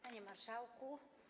Panie Marszałku!